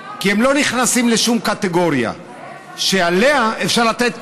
כי הן לא נכנסות לשום קטגוריה שעליה אפשר לתת